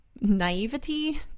naivety